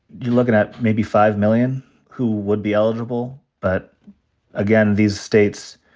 you're lookin' at maybe five million who would be eligible. but again, these states,